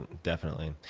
definitely.